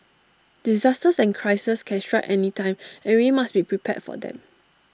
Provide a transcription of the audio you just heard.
disasters and crises can strike anytime and we must be prepared for them